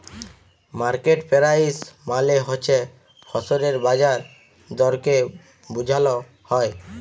market price মালে হছে ফসলের বাজার দরকে বুঝাল হ্যয়